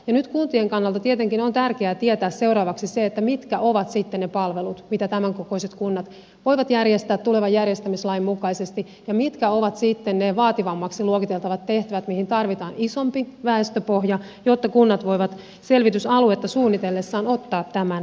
nyt kuntien kannalta tietenkin on tärkeää tietää seuraavaksi se mitkä ovat sitten ne palvelut mitä tämänkokoiset kunnat voivat järjestää tulevan järjestämislain mukaisesti ja mitkä ovat sitten ne vaativammiksi luokiteltavat tehtävät mihin tarvitaan isompi väestöpohja jotta kunnat voivat selvitysaluetta suunnitellessaan ottaa tämän huomioon